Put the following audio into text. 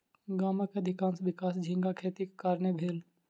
गामक अधिकाँश विकास झींगा खेतीक कारणेँ भेल